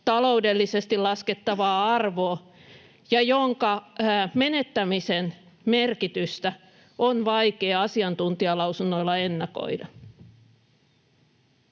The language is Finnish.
taloudellisesti laskettavaa arvoa ja jonka menettämisen merkitystä on vaikea asiantuntijalausunnoilla ennakoida.